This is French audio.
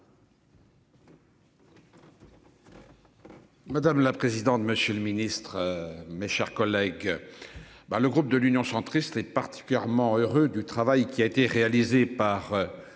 Madame la présidente. Monsieur le Ministre, mes chers collègues. Ben le groupe de l'Union centriste et particulièrement heureux du travail qui a été réalisé par. La commission